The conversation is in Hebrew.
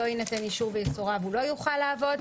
לא יינתן אישור, הוא לא יוכל לעבוד.